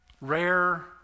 rare